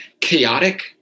chaotic